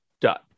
dot